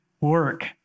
work